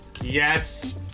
Yes